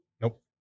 Nope